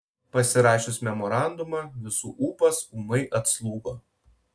pasirašius memorandumą visų ūpas ūmai atslūgo